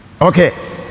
Okay